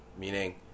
Meaning